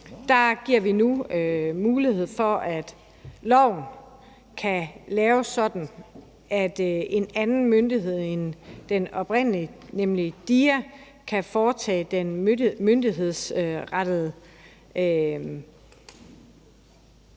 Der giver vi nu mulighed for, at loven kan laves sådan, at en anden myndighed end den oprindelige, nemlig DIA, kan foretage det myndighedsrettede.